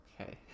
okay